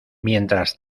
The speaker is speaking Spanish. mientras